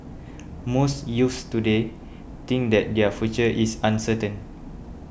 most youths today think that their future is uncertain